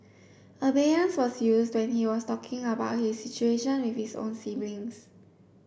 abeyance was used when he was talking about his situation with his own siblings